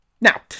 Now